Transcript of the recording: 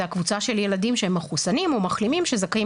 זה הקבוצה של הילדים שהם מחוסנים או מחלימים שזכאים